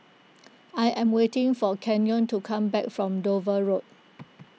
I am waiting for Kenyon to come back from Dover Road